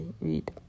read